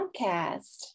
podcast